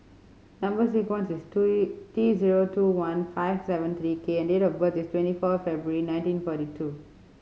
number sequence is T zero two one five seven three K and date of birth is twenty four February nineteen forty two